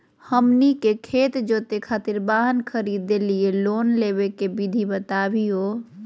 हमनी के खेत जोते खातीर वाहन खरीदे लिये लोन लेवे के विधि बताही हो?